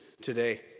today